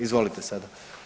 Izvolite sada.